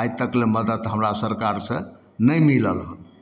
आइ तकले मदति हमरासभके सरकार से नहि मिलल हँ